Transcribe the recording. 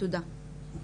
תודה.